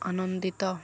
ଆନନ୍ଦିତ